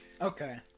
Okay